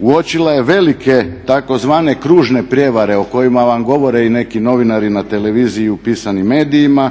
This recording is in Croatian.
uočila je velike tzv. kružne prijevare o kojima vam govore i neki novinari na televiziji i u pisanim medijima,